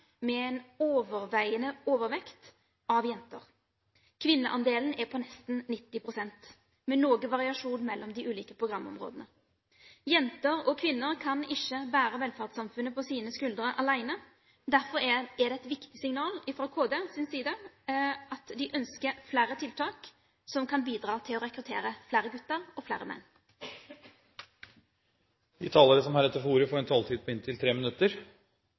med en overveiende overvekt av jenter. Kvinneandelen er på nesten 90 pst., med noe variasjon mellom de ulike programområdene. Jenter og kvinner kan ikke bære velferdssamfunnet på sine skuldre alene, derfor er det et viktig signal fra Kunnskapsdepartementets side at man ønsker flere tiltak som kan bidra til å rekruttere flere gutter og flere menn. De talere som heretter får ordet, har en taletid på inntil 3 minutter.